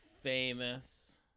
famous